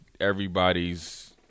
everybody's